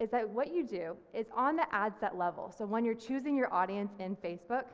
is that what you do is on the ad set level, so when you're choosing your audience in facebook,